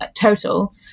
total